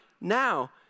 now